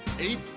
eight